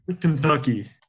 Kentucky